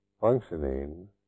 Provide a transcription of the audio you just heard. functioning